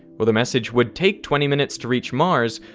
well, the message would take twenty minutes to reach mars,